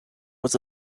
was